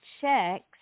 checks